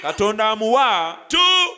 two